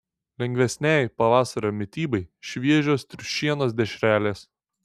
lengvesnei pavasario mitybai šviežios triušienos dešrelės